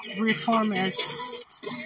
reformist